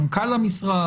מנכ"ל המשרד,